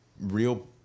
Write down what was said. real